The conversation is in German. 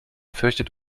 fürchtet